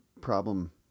problem